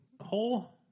hole